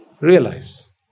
realize